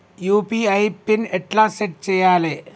UPI pin ఎట్లా set చేయాలే?